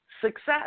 success